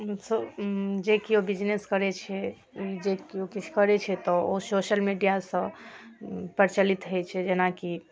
जे केओ बिजनेस करै छै जे केओ किछु करै छै तऽ ओ सोशल मीडिआसँ प्रचलित होइ छै जेनाकि